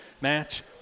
match